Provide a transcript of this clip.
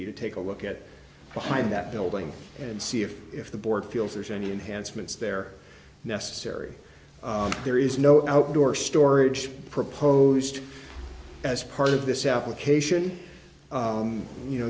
be to take a look at behind that building and see if if the board feels there's any enhanced mintz they're necessary there is no outdoor storage proposed as part of this application you know